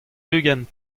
ugent